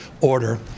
order